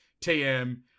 TM